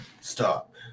Stop